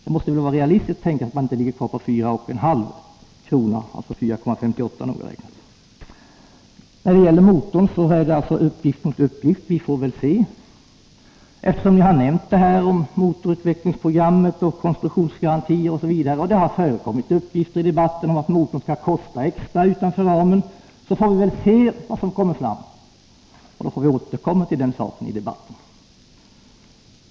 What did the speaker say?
Det måste väl vara realistiskt att räkna med att kursen inte kommer att ligga på 4,58 kr. När det gäller motorn står alltså uppgift mot uppgift. Vi får väl se. Eftersom ni nämnt detta om motorutvecklingsprogrammet, konstruktionsgarantier osv. och det har förekommit uppgifter i debatten om att motorn kommer att kosta extra utanför ramen, får vi väl se vad som kommer fram. Vi får då återkomma till den saken i debatten.